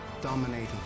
dominating